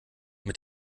mit